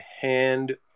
hand